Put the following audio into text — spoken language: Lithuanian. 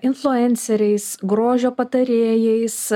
influenceriais grožio patarėjais